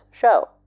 show